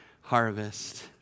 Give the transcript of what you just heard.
harvest